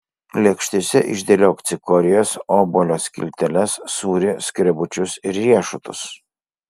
lėkštėse išdėliok cikorijas obuolio skilteles sūrį skrebučius ir riešutus